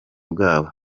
bwabo